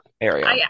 area